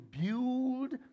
build